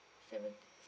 seventy